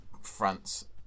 France